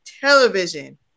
television